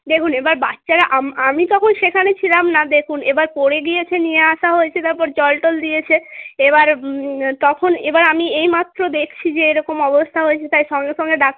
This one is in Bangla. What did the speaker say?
দেখুন এবার বাচ্চারা আমি তখন সেখানে ছিলাম না দেখুন এবার পড়ে গিয়েছে নিয়ে আসা হয়েছে তারপর জল টল দিয়েছে এবার তখন এবার আমি এইমাত্র দেখছি যে এরকম অবস্থা হয়েছে তাই সঙ্গে সঙ্গে